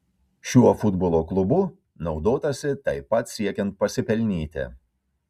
šiuo futbolo klubu naudotasi taip pat siekiant pasipelnyti